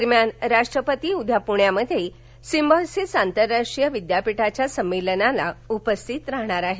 दरम्यान राष्ट्रपती उद्या पुण्यात सिम्बायोसिस आंतरराष्ट्रीय विद्यापीठाच्या संमेलनाला उपस्थित राहणार आहेत